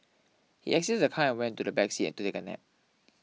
he exited the car and went to the back seat and take a nap